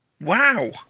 Wow